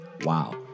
Wow